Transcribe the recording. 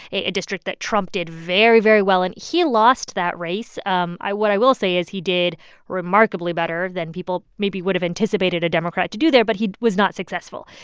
a a district that trump did very, very well in. he lost that race. um what i will say is he did remarkably better than people maybe would have anticipated a democrat to do there, but he was not successful.